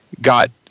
got